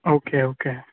okay okay